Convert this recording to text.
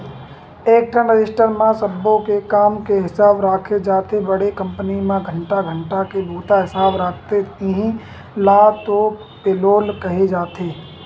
एकठन रजिस्टर म सब्बो के काम के हिसाब राखे जाथे बड़े कंपनी म घंटा घंटा के बूता हिसाब राखथे इहीं ल तो पेलोल केहे जाथे